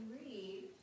read